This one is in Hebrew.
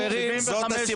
זאת הסיבה לחוק הזה.